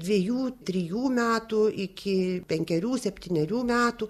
dviejų trijų metų iki penkerių septynerių metų